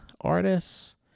artists